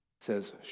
says